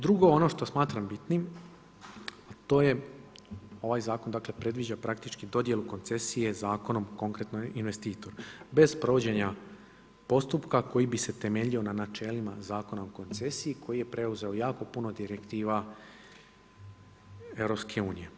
Drugo ono što smatram bitnim, a to je ovaj zakon predviđa praktički dodjelu koncesije zakonom o konkretnom investitoru, bez provođenja postupka koji bi se temeljio na načelima Zakona o koncesiji koji je preuzeo jako puno direktiva EU.